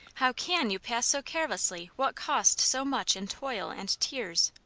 how can you pass so carelessly what cost so much in toil and tears?